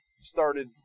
started